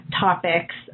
topics